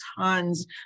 tons